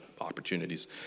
opportunities